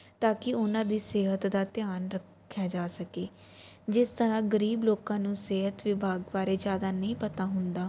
ਤਾਂ ਕਿ ਉਹਨਾਂ ਦੀ ਸਿਹਤ ਦਾ ਧਿਆਨ ਰੱਖਿਆ ਜਾ ਸਕੇ ਜਿਸ ਤਰ੍ਹਾਂ ਗਰੀਬ ਲੋਕਾਂ ਨੂੰ ਸਿਹਤ ਵਿਭਾਗ ਬਾਰੇ ਜਿਆਦਾ ਨਹੀਂ ਪਤਾ ਹੁੰਦਾ